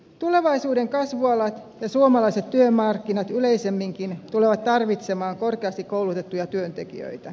tulevaisuuden kasvualat ja suomalaiset työmarkkinat yleisemminkin tulevat tarvitsemaan korkeasti koulutettuja työntekijöitä